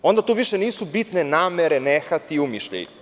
Onda tu više nisu bitne namere, nehati i umišljaji.